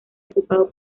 ocupado